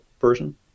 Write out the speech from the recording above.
version